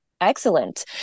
Excellent